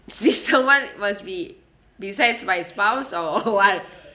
this someone must be besides my spouse or what